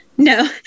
No